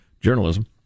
journalism